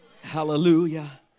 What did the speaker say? Hallelujah